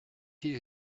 you